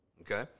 okay